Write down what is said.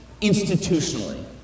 institutionally